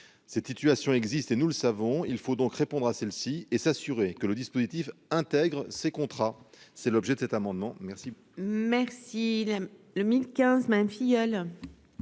cette situation existe et nous le savons, il faut donc répondre à celle-ci et s'assurer que le dispositif intègre ces contrats, c'est l'objet de cet amendement, merci. Merci, il le 1015 filleule